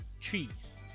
trees